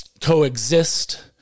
coexist